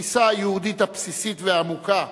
התפיסה היהודית הבסיסית והעמוקה